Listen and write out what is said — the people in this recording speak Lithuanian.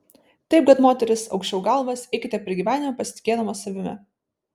taip kad moterys aukščiau galvas eikite per gyvenimą pasitikėdamos savimi